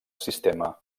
sistema